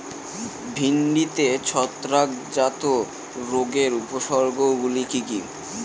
ভিন্ডিতে ছত্রাক জনিত রোগের উপসর্গ গুলি কি কী?